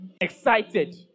excited